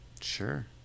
Sure